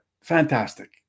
fantastic